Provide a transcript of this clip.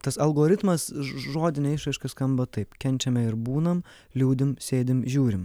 tas algoritmas žodine išraiška skamba taip kenčiame ir būnam liūdim sėdim žiūrim